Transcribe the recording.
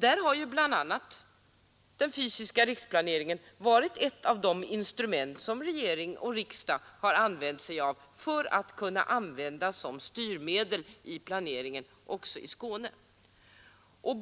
Där har bl.a. den fysiska riksplaneringen varit ett av de instrument som regering och riksdag har använt som styrmedel i planeringen också i Skåne.